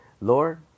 Lord